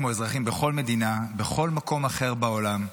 כמו אזרחים בכל מדינה בכל מקום אחר בעולם,